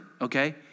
okay